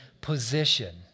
position